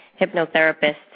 hypnotherapist